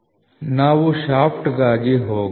039 mm ನಾವು ಶಾಫ್ಟ್ಗಾಗಿ ಹೋಗೋಣ